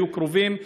היו קרובים,